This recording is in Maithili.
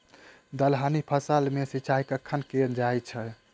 दलहनी फसल मे सिंचाई कखन कैल जाय छै?